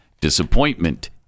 disappointment